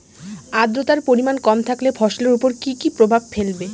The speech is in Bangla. আদ্রর্তার পরিমান কম থাকলে ফসলের উপর কি কি প্রভাব ফেলবে?